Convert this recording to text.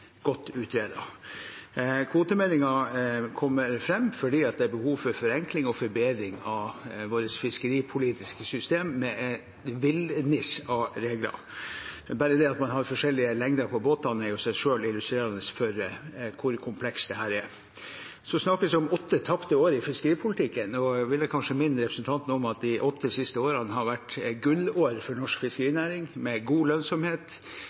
godt utredet. Kvotemeldingen kommer fram fordi det er behov for forenklinger og forbedringer i vårt fiskeripolitiske system med et villnis av regler. Bare det at man har forskjellige lengder på båtene, er i seg selv illustrerende for hvor komplekst dette er. Så snakkes det om åtte tapte år i fiskeripolitikken. Da vil jeg kanskje minne representanten om at de åtte siste årene har vært gullår for norsk fiskerinæring med god lønnsomhet